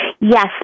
Yes